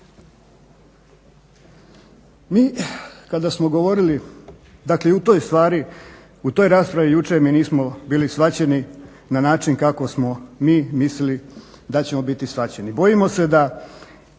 Mi kada smo govorili dakle i o toj stvari, u toj raspravi jučer mi nismo bili shvaćeni na način kako smo mi mislili da ćemo biti shvaćeni. Bojimo se da